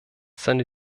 seine